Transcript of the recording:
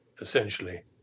essentially